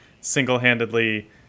single-handedly